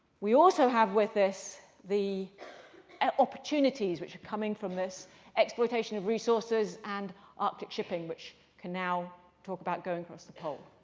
we also have with this the ah opportunities which are coming from this exploitation of resources and arctic shipping, which can now talk about going across the pole.